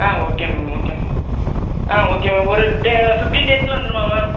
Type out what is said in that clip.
ஆ okay ma'am okay ma'am ஆ okay ma'am ஒரு fifteen டேஸில் வந்துருமா மேம்